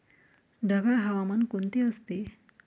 ढगाळ हवामान कोणते असते?